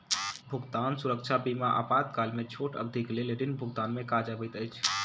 भुगतान सुरक्षा बीमा आपातकाल में छोट अवधिक लेल ऋण भुगतान में काज अबैत अछि